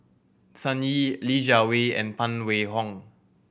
Sun Yee Li Jiawei and Phan Wait Hong